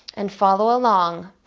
and follow along.